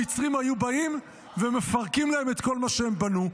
המצרים היו באים ומפרקים להם את כל מה שהם בנו,